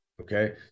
Okay